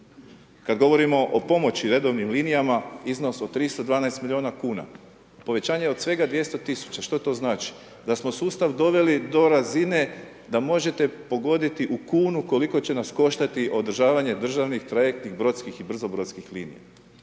Kad govorimo o pomoći redovnim linijama iznos od 312 miliona kuna, povećanje od svega 200 tisuća što to znači, da smo sustav doveli do razine da možete pogoditi u kunu koliko će nas koštati održavanje državnih trajektnih brodskih i brzobrodskih linija,